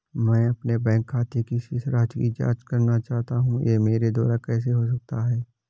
मैं अपने बैंक खाते की शेष राशि की जाँच करना चाहता हूँ यह मेरे द्वारा कैसे हो सकता है?